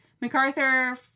MacArthur